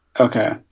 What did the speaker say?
Okay